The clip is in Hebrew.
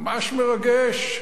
ממש מרגש.